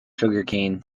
sugarcane